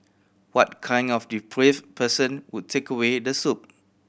what kind of depraved person would take away the soup